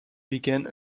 began